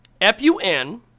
F-U-N